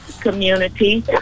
community